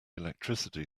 electricity